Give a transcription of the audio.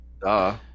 Duh